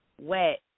Wet